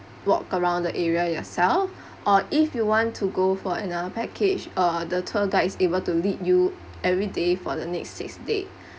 walk around the area yourself or if you want to go for another package uh the tour guide's able to lead you every day for the next six day